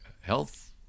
health